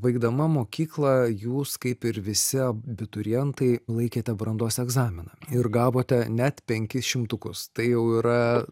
baigdama mokykla jūs kaip ir visi abiturientai laikėte brandos egzaminą ir gavote net penkis šimtukus tai jau yra